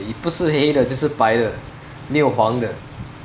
不是黑的就是白的没有黄的